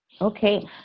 okay